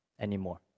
anymore